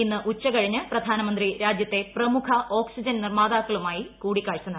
ഇന്ന് ഉച്ചകൃഴീത്ത് പ്രധാനമന്ത്രി രാജ്യത്തെ പ്രമുഖ ഓക്സിജൻ നിർമാതാക്കളുമായി കൂടിക്കാഴ്ച നടത്തും